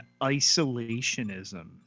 isolationism